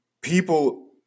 people